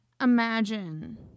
imagine